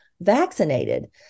vaccinated